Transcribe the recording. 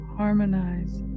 harmonize